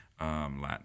Latin